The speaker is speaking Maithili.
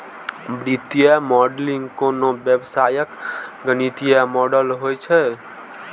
वित्तीय मॉडलिंग कोनो व्यवसायक गणितीय मॉडल होइ छै